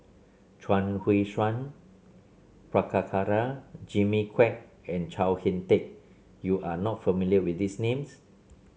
Chuang Hui Tsuan Prabhakara Jimmy Quek and Chao HicK Tin you are not familiar with these names